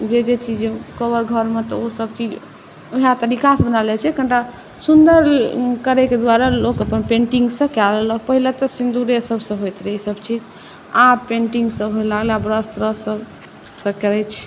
जे जे चीज कोहबर घरमे तऽ ओसब चीज वएह तरीकसँ बनाओल जाइ छै कनिटा सुन्दर करैके दुआरे लोक अपन पेन्टिङ्गसँ कै लेलक पहिले तऽ सिन्दूरेसबसँ होइत रहै ईसब चीज आब पेन्टिङ्गसँ हुअ लागलै आब ब्रश त्रश सबसँ करै छै